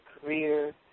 career